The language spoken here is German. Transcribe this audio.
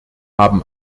haben